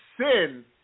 sin